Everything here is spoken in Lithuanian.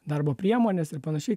darbo priemones ir panašiai